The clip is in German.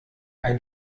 ein